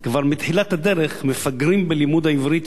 כבר בתחילת הדרך מפגרים בלימוד העברית,